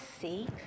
see